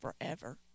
forever